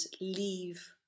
leave